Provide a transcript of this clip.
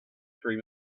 dream